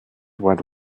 wide